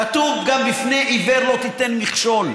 כתוב גם: לפני עיוור לא תיתן מכשול.